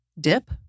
dip